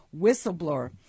whistleblower